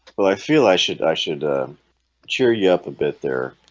well, i feel i should i should cheer you up a bit there